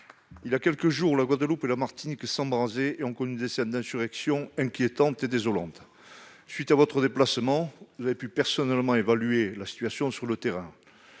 il y a quelques jours, la Guadeloupe et la Martinique s'embrasaient et connaissaient des scènes d'insurrection inquiétantes et désolantes. À la faveur de votre déplacement, vous avez pu personnellement évaluer la situation sur le terrain.